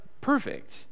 perfect